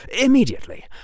immediately